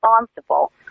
responsible